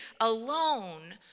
alone